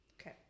Okay